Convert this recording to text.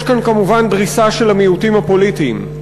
יש כאן כמובן דריסה של המיעוטים הפוליטיים.